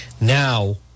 now